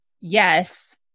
yes